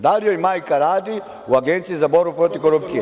Da li joj majka radi u Agenciji za borbu protiv korupcije?